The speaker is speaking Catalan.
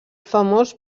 famós